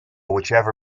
whichever